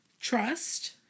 Trust